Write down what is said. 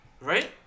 Right